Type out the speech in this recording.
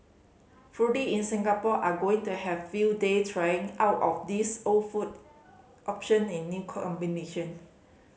in Singapore are going to have a field day trying out of these old food option in new combination